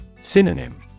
Synonym